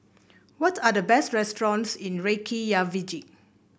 what are the best restaurants in Reykjavik